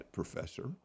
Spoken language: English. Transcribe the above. professor